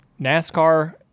NASCAR